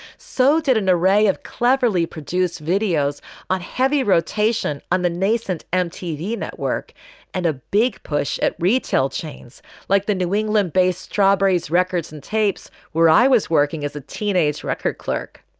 so did an array of cleverly produced videos on heavy rotation on the nascent mtv network and a big push at retail chains like the new england based strawberry's records and tapes, where i was working as a teen age record clerk.